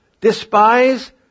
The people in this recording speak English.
Despise